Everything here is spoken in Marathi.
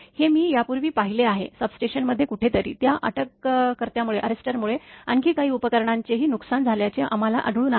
हे मी यापूर्वीही पाहिले आहे सबस्टेशनमध्ये कुठेतरी त्या अटककर्यामुळे आणखी काही उपकरणांचेही नुकसान झाल्याचे आम्हाला आढळून आले